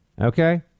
Okay